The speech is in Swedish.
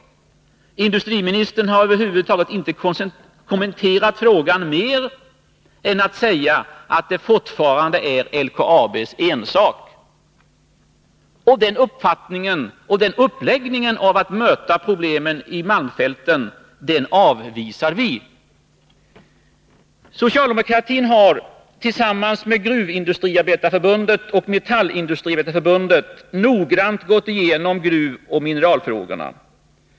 Industriministern har över huvud taget inte kommenterat frågan mer än genom att säga att det fortfarande är LKAB:s ensak. Den uppläggningen av hur problemen i malmfälten skall mötas avvisar vi. Socialdemokraterna har, tillsammans med Gruvindustriarbetareförbundet och Metallindustriarbetareförbundet, noggrant gått igenom gruvoch mineralfrågorna.